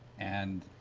and